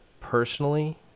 Personally